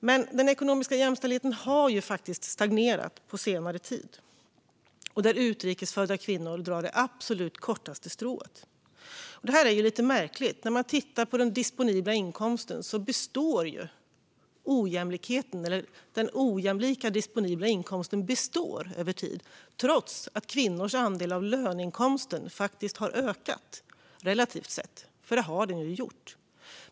Men den ekonomiska jämställdheten har faktiskt stagnerat på senare tid, och utrikes födda kvinnor drar det absolut kortaste strået. Det här är lite märkligt. När man tittar på inkomster ser man att den ojämlika disponibla inkomsten består över tid trots att kvinnors andel av löneinkomsten faktiskt har ökat relativt sett - det har den ju gjort.